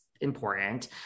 important